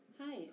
Hi